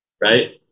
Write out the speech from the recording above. right